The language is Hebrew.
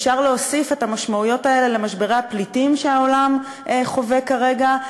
אפשר להוסיף את המשמעויות האלה למשברי הפליטים שהעולם חווה כרגע,